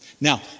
Now